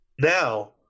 Now